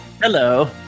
Hello